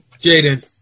Jaden